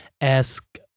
ask